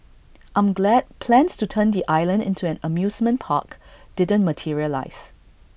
I'm glad plans to turn the island into an amusement park didn't materialise